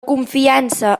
confiança